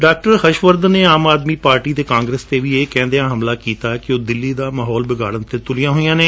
ਡਾ ਹਰਸ਼ਵਰਧਨ ਨੇ ਆਮ ਆਦਮੀ ਪਾਰਟੀ ਅਤੇ ਕਾਂਗਰਸ ਤੇ ਵੀ ਇਹ ਕਹਿਂਦਿਆਂ ਹਮਲਾ ਕੀਤਾ ਕਿ ਉਹ ਦਿੱਲੀ ਦਾ ਮਾਹੌਲ ਬਿਗਾਤਨ ਤੇ ਤੁਲੀਆਂ ਹੋਈਆਂ ਨੇ